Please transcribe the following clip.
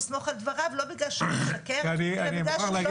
לסמוך על דבריו לא בגלל שהוא משקר אלא בגלל שהוא לא יודע.